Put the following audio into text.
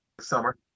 Summer